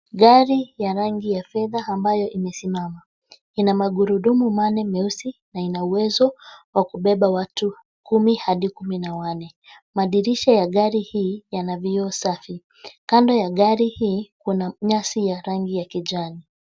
Gari ya rangi ya fedha ambayo imesimama. Ina magurudumu manne meusi na ina uwezo wa kubeba watu kumi hadi kumi na wanne. Madirisha ya gari hii yana vioo safi. Kando ya gari hii, kuna nyasi ya rangi ya kijani.